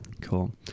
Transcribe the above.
cool